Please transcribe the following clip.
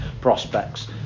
prospects